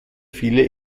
viele